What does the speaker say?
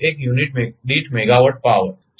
1 unit દીઠ megawatt power